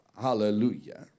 Hallelujah